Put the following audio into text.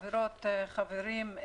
חברות חברים,